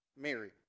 Mary